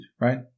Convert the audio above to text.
right